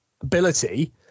ability